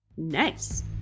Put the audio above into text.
nice